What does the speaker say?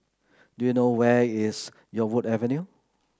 do you know where is Yarwood Avenue